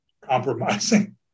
compromising